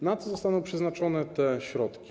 Na co zostaną przeznaczone te środki?